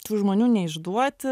tų žmonių neišduoti